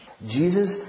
Jesus